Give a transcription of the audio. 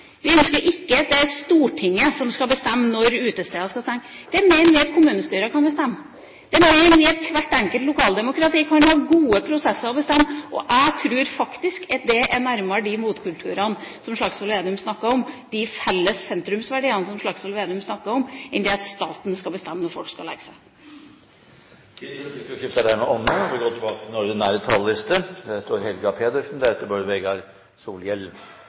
Vi ønsker ikke at staten skal bestemme når folk skal gå hjem. Vi ønsker ikke at det er Stortinget som skal bestemme når utesteder skal stenge. Det mener vi at kommunestyrer kan bestemme. Det mener vi at hvert enkelt lokaldemokrati kan ha gode prosesser på å bestemme. Jeg tror faktisk at det er nærmere de motkulturene som Slagsvold Vedum snakket om – de felles sentrumsverdiene – enn det at staten skal bestemme når folk skal legge seg. Replikkordskiftet er dermed omme.